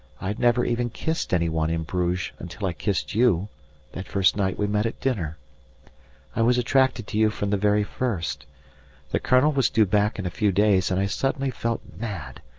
i had never even kissed anyone in bruges until i kissed you that first night we met at dinner i was attracted to you from the very first the colonel was due back in a few days, and i suddenly felt mad,